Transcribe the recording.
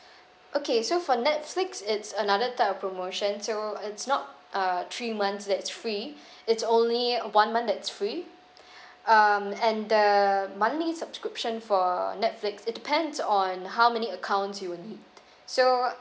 okay so for netflix it's another type of promotion so it's not uh three months it's free it's only one month that's free um and the monthly subscription for netflix it depends on how many accounts you will need so